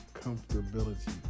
comfortability